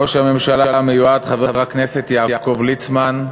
ראש הממשלה המיועד חבר הכנסת יעקב ליצמן,